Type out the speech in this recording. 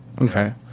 Okay